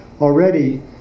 already